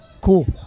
cool